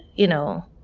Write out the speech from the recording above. you know?